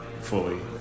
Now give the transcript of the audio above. fully